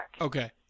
Okay